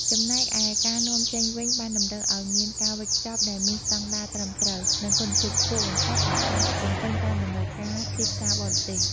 ចំណែកឯការនាំចេញវិញបានតម្រូវឲ្យមានការវេចខ្ចប់ដែលមានស្តង់ដារត្រឹមត្រូវ និងគុណភាពខ្ពស់បំផុតដែលអាចបំពេញតាមតម្រូវការទីផ្សារបរទេស។